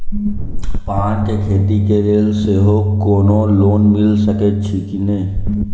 पान केँ खेती केँ लेल सेहो कोनो लोन मिल सकै छी की?